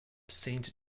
saint